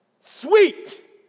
Sweet